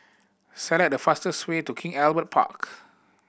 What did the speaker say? select the fastest way to King Albert Park